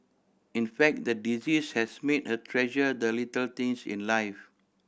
in fact the disease has made her treasure the little things in life